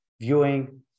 viewing